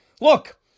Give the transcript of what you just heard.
look